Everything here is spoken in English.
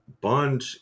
Bond